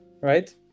Right